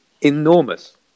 enormous